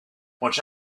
watch